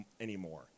anymore